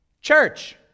Church